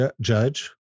Judge